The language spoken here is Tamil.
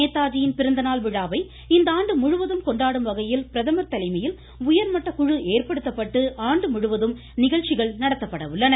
நேதாஜியின் பிறந்த நாள் விழாவை இந்த ஆண்டு முழுவதும் கொண்டாடும் வகையில் பிரதமர் தலைமையில் உயர்மட்டக்குழு ஏற்படுத்தப்பட்டு ஆண்டு முழுவதும் நிகழ்ச்சிகள் நடத்தப்பட உள்ளது